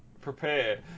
Prepare